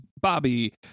Bobby